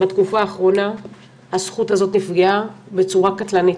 בתקופה האחרונה הזכות הזאת נפגעה בצורה קטלנית.